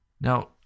Now